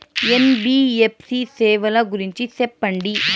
NBFC సేవల గురించి సెప్పండి?